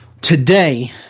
Today